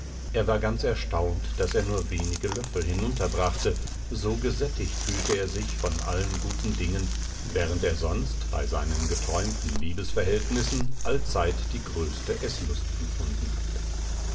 er war ganz erstaunt daß er nur wenige löffel hinunterbrachte so gesättigt fühlte er sich von allen guten dingen während er sonst bei seinen geträumten liebesverhältnissen allzeit die größte eßlust empfunden hatte